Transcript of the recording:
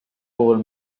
puhul